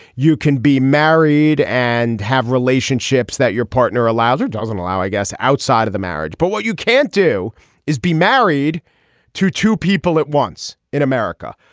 you can be married and have relationships that your partner allows or doesn't allow i guess outside of the marriage. but what you can't do is be married to two people at once in america.